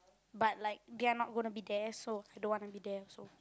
but like they're not gonna be there so I don't want be there also